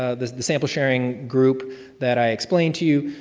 ah the the sample sharing group that i explained to you,